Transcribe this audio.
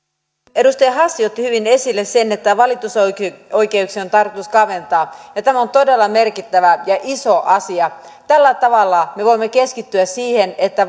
edustaja hassi otti hyvin esille sen että valitusoikeuksia on tarkoitus kaventaa ja tämä on todella merkittävä ja iso asia tällä tavalla me voimme keskittyä siihen että